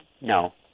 No